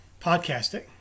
podcasting